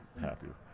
happier